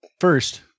first